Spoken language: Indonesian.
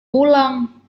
pulang